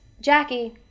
Jackie